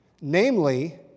Namely